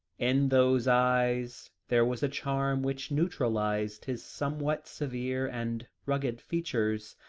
in those eyes there was a charm which neutralised his somewhat severe and rugged features,